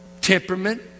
temperament